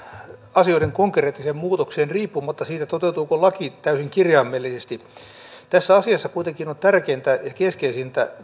asioiden konkreettiseen muutokseen riippumatta siitä toteutuuko laki täysin kirjaimellisesti tässä asiassa kuitenkin on tärkeintä ja keskeisintä